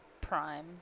Prime